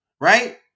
right